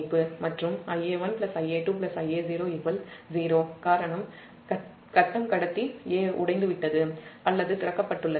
மற்றும் Ia1 Ia2 Ia0 0 காரணம் கட்டம் கடத்தி 'a' உடைந்துவிட்டது அல்லது திறக்கப்பட்டுள்ளது